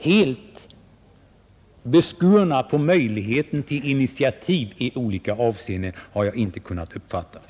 Särskilt beskurna på möjligheter till initiativ i olika avseenden är inte kommuner och landsting enligt min uppfattning.